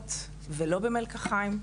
בכפות ולא במלקחיים,